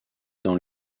dans